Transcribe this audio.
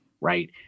right